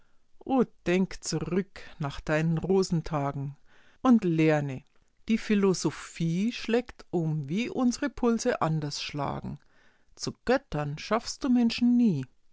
o denk zurück nach deinen rosentagen und lerne die philosophie schlägt um wie unsre pulse anders schlagen zu göttern schaffst du menschen nie